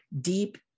deep